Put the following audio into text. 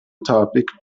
topic